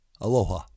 Aloha